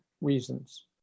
reasons